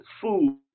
food